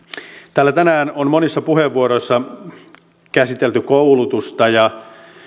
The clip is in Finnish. täällä tänään on monissa puheenvuoroissa käsitelty koulutusta ja